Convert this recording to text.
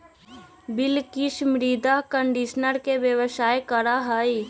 बिलकिश मृदा कंडीशनर के व्यवसाय करा हई